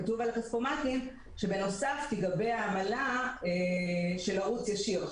כתוב על הכספומטים שבנוסף תיגבה העמלה של ערוץ ישיר.